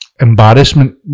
embarrassment